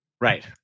Right